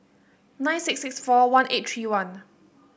nine six six four one eight three one